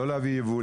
לא להביא ייבוא,